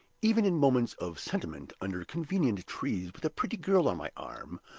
even in moments of sentiment, under convenient trees, with a pretty girl on my arm,